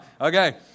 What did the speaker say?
Okay